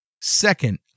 Second